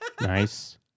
Nice